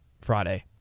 Friday